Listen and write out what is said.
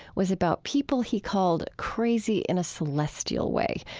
was about people he called crazy in a celestial way,